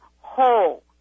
whole